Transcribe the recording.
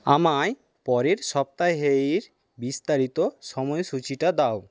আমায় পরের সপ্তাহের বিস্তারিত সময়সূচিটা দাও